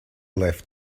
left